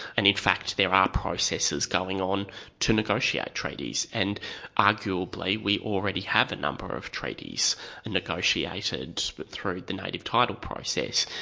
and in fact there are processes going on to negotiate treaties. and arguably we already have a number of treaties and negotiated but through the native title process.